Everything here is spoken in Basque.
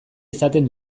izaten